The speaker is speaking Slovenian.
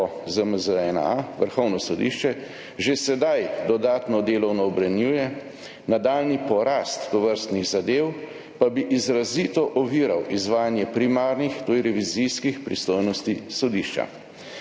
ZMZ-1A Vrhovno sodišče že sedaj dodatno delovno obremenjuje, nadaljnji porast tovrstnih zadev pa bi izrazito oviral izvajanje primarnih, to je revizijskih pristojnosti sodišča.